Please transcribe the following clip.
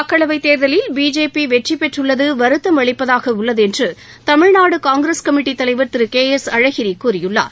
மக்களவைத் தேர்தலில் பிஜேபி வெற்றிபெற்றுள்ளது வருத்தம் அளிப்பதாக உள்ளது என்று தமிழ்நாடு காங்கிரஸ் தலைவர் திரு கே எஸ் அழகிரி கூறியுள்ளார்